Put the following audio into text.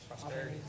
Prosperity